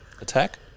attack